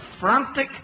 frantic